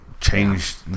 changed